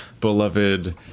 beloved